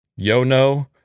Yono